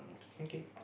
okay